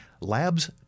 Labs